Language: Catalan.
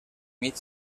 mig